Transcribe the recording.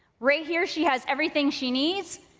right here she has everything she needs,